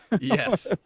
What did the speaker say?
Yes